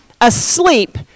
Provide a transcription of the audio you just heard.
asleep